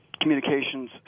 Communications